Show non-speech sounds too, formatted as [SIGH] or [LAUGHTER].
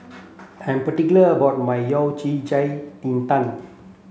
I'm particular about my Yao [UNINTELLIGIBLE] tang